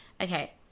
Okay